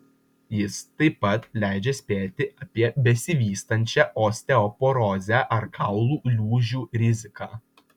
jis taip pat leidžia spėti apie besivystančią osteoporozę ar kaulų lūžių riziką